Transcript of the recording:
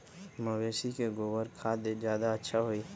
मवेसी के गोबर के खाद ज्यादा अच्छा होई?